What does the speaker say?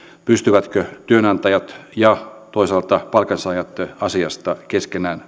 pystyvätkö työnantajat ja toisaalta palkansaajat asiasta keskenään